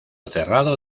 cerrado